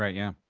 ah yeah.